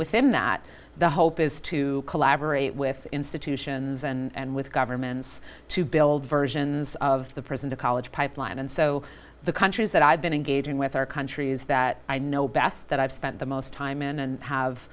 within that the hope is to collaborate with institutions and with governments to build versions of the prison to college pipeline and so the countries that i've been engaging with are countries that i know best that i've spent the most time in and have